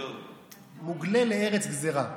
מוגלה לארץ גזרה.